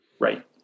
right